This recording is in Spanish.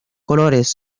colores